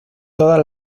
todas